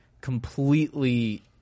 completely